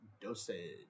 dosage